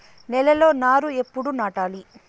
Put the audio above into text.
నేలలో నారు ఎప్పుడు నాటాలి?